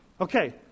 Okay